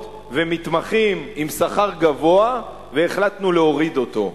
ומתמחים עם שכר גבוה והחלטנו להוריד אותו,